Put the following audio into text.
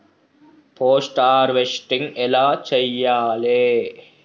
Post harvesting ఎలా చెయ్యాలే?